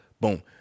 Boom